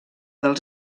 dels